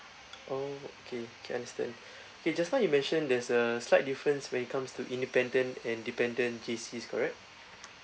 oh okay K understand K just now you mentioned there's a slight difference when it comes to independent and dependent J_Cs correct